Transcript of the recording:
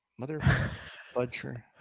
Motherfucker